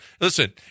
Listen